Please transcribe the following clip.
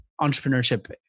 entrepreneurship